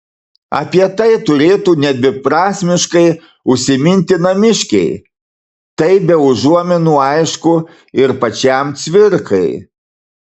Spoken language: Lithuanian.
apie tai turėtų nedviprasmiškai užsiminti namiškiai tai be užuominų aišku ir pačiam cvirkai